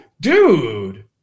dude